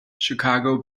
chicago